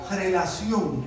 relación